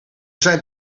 zijn